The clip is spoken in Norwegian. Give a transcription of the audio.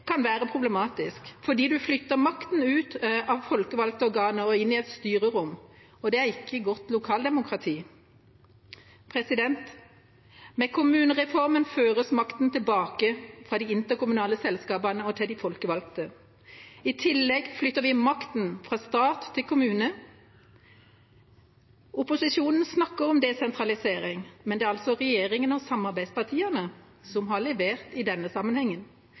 kan være problematisk, for man flytter makten ut av folkevalgte organer og inn i et styrerom, og det er ikke godt lokaldemokrati. Med kommunereformen føres makten tilbake fra de interkommunale selskapene til de folkevalgte. I tillegg flytter vi makt fra stat til kommune. Opposisjonen snakker om desentralisering, men det er altså regjeringa og samarbeidspartiene som har levert i denne sammenhengen.